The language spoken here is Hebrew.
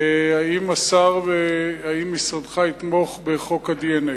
האם משרדך יתמוך בחוק ה-DNA?